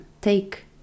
take